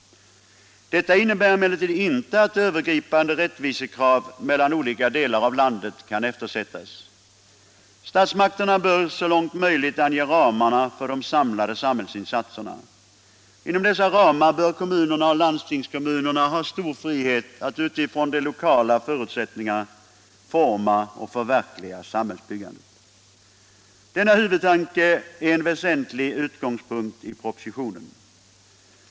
Detta innebär emellertid inte att övergripande rättvisekrav mellan olika delar av landet kan eftersättas. Statsmakterna bör så långt möjligt ange ramarna för de samlade samhällsinsatserna. Inom dessa ramar bör kommunerna och landstingskommunerna ha stor frihet att utifrån de lokala förutsättningarna forma och förverkliga samhällsbyggandet. Denna huvudtanke är en väsentlig utgångspunkt i propositionen.